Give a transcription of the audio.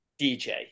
DJ